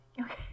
Okay